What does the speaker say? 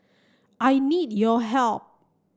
I need your help